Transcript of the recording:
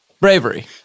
bravery